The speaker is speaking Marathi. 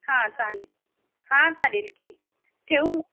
हां चालेल हां चालेल की ठेवू मग